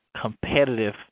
competitive